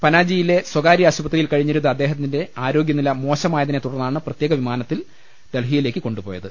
പനാജിയിലെ സ്വകാര്യ ആശുപത്രിയിൽ കഴി ഞ്ഞിരുന്ന അദ്ദേഹത്തിന്റെ ആരോഗ്യനില മോശമായതിനെ തുടർന്നാണ് പ്രത്യേക വിമാനത്തിൽ ഡൽഹിയിലേക്ക് കൊണ്ടു പോയത്